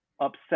upset